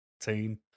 team